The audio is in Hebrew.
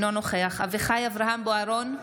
אינו נוכח אביחי אברהם בוארון,